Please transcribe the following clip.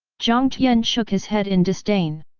jiang tian shook his head in disdain.